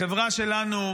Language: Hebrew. החברה שלנו,